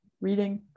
reading